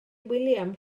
william